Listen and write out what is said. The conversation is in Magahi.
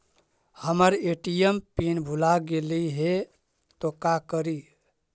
हमर ए.टी.एम पिन भूला गेली हे, तो का करि?